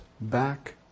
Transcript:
back